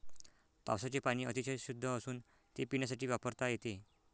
पावसाचे पाणी अतिशय शुद्ध असून ते पिण्यासाठी वापरता येते